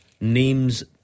names